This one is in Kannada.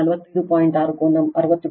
64 j 0